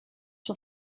sur